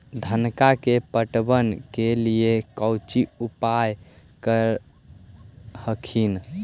धनमा के पटबन के लिये कौची उपाय कर हखिन?